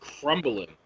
crumbling